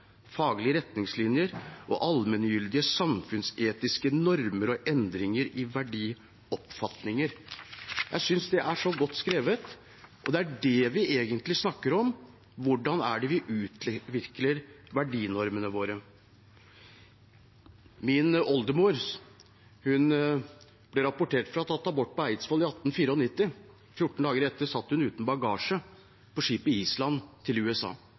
verdioppfatninger.» Jeg synes det er godt skrevet. Det er dette vi egentlig snakker om: Hvordan utvikler vi verdinormene våre? Min oldemor ble rapportert for å ha tatt abort på Eidsvoll i 1894. Fjorten dager etterpå satt hun uten bagasje på skipet «Island» på vei til USA.